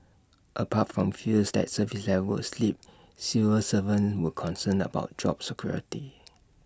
apart from fears that service levels slip civil servants were concerned about job security